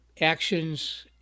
actions